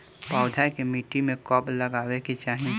पौधा के मिट्टी में कब लगावे के चाहि?